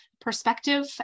perspective